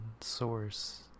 source